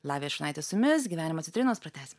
lavija šurnaitė su jumis gyvenimo citrinos pratęsim